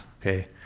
okay